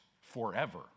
forever